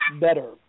better